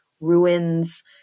ruins